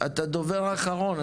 אתה דובר אחרון,